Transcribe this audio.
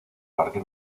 parque